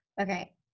Okay